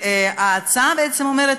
ההצעה בעצם אומרת,